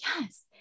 yes